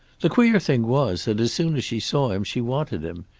the queer thing was that as soon as she saw him she wanted him.